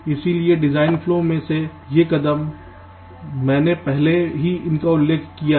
इसलिए design flow में ये कदम मैंने पहले ही उनका उल्लेख किया है